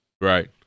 Right